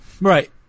Right